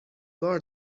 بار